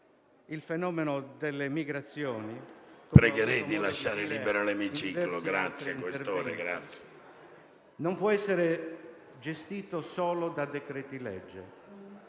Il fenomeno delle migrazioni, però, non può essere gestito solo da decreti-legge,